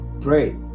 pray